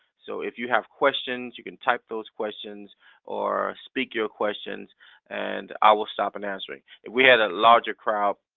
so if you have questions, you can type those questions or speak your questions and i will stop and answer. if we had a larger crowd,